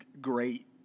great